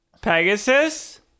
Pegasus